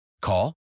Call